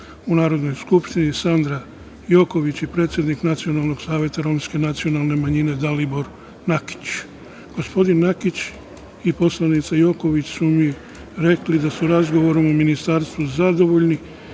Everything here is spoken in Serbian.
u Narodnoj Skupštini Sandra Joković i predsednik Nacionalnom Saveta romske nacionalne manjine, gospodin Nakić. Gospodin Nakić i poslanica Joković su mi rekli da su razgovorom u Ministarstvu zadovoljni